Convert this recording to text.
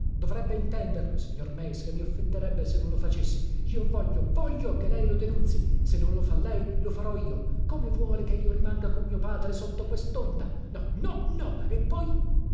dovrebbe intenderlo signor meis che mi offenderebbe se non lo facesse io voglio voglio che lei lo denunzii se non lo fa lei lo farò io come vuole che io rimanga con mio padre sotto questonta no no no e poi